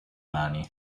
mani